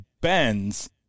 bends